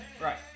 Right